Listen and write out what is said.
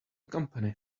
company